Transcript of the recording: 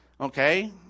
okay